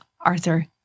Arthur